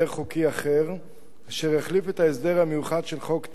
אחר אשר יחליף את ההסדר המיוחד של חוק טל,